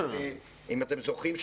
אם אתם זוכרים,